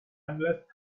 endless